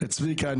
צביקה,